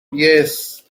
yes